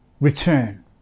return